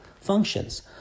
functions